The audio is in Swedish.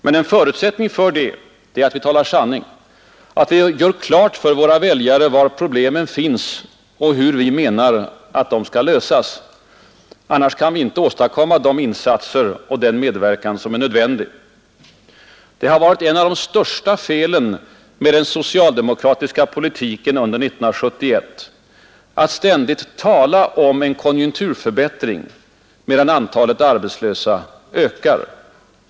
Men en förutsättning för det är att vi talar sanning, att vi gör klart för våra väljare var problemen finns och hur vi menar att de skall lösas. Annars kan vi inte åstadkomma de insatser och den medverkan som är nödvändig. Det har varit ett av de största felen med den socialdemokratiska politiken under 1971 att ständigt tala om en konjunkturförbättring, medan antalet arbetslösa ökar.